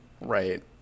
Right